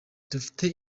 dufite